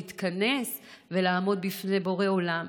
להתכנס ולעמוד בפני בורא עולם.